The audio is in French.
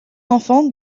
enfants